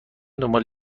دنبال